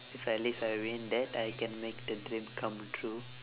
if at least I win that I can make the dream come true